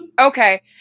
Okay